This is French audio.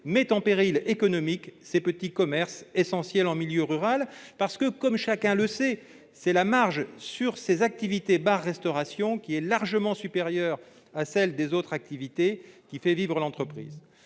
met en péril économique ces petits commerces essentiels en milieu rural. En effet, comme chacun le sait, c'est la marge sur ces activités de bar et de restauration, largement supérieure à celle des autres activités, qui fait vivre l'entreprise.